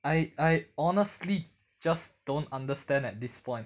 I I honestly just don't understand at this point